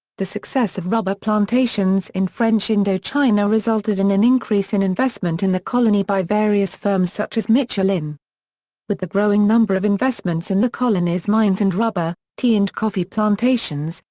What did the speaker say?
the success of rubber plantations in french indochina resulted in an increase in investment in the colony by various firms such as michelin. with the growing number of investments in the colony's mines and rubber, tea and coffee plantations,